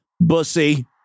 bussy